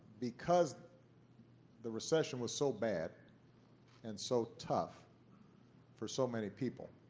because the recession was so bad and so tough for so many people,